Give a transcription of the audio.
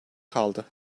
kaldı